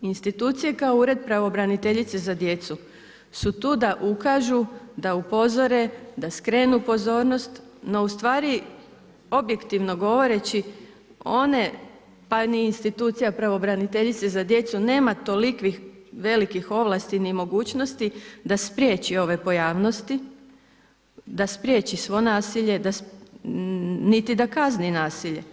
Institucije kao ured pravobraniteljice za djecu su tu da ukažu, da upozore, da skrenu pozornost, no ustvari objektivno govoreći, one, pa ni institucija pravobraniteljice za djecu nema tolikih velikih ovlasti, ni mogućnosti da spriječi ove pojavnosti, da spriječi svo nasilje, niti da kazni nasilje.